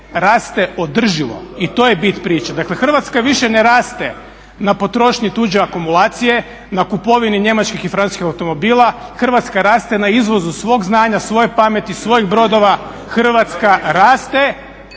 raste održivo i to je bit priče. Dakle Hrvatska više ne raste na potrošnji tuđe akumulacije, na kupovini njemačkih i francuskih automobila, Hrvatska raste na izvozu svog znanja, svoje pameti, svojih brodova. … /Buka u